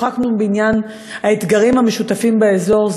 שוחחנו בעניין האתגרים המשותפים באזור.